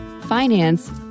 finance